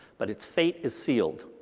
but its fate is sealed.